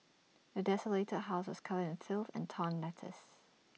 the desolated house was covered in filth and torn letters